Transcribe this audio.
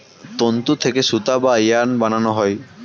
তন্তু থেকে সুতা বা ইয়ার্ন বানানো হয়